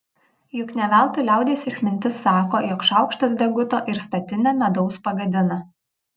juk ne veltui liaudies išmintis sako jog šaukštas deguto ir statinę medaus pagadina